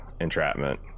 Entrapment